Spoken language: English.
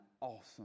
awesome